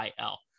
IL